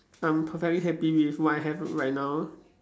I'm perfectly happy with what I have right now